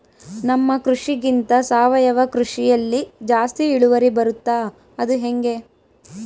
ನಮ್ಮ ಕೃಷಿಗಿಂತ ಸಾವಯವ ಕೃಷಿಯಲ್ಲಿ ಜಾಸ್ತಿ ಇಳುವರಿ ಬರುತ್ತಾ ಅದು ಹೆಂಗೆ?